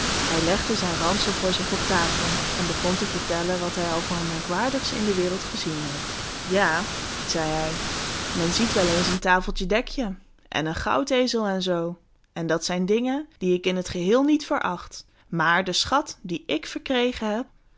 hij legde zijn ransel voor zich op tafel en begon te vertellen wat hij al voor merkwaardigs in de wereld gezien had ja zei hij men ziet wel eens een tafeltje dek je en een goudezel en zoo en dat zijn dingen die ik in het geheel niet veracht maar de schat dien ik verkregen heb